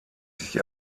sich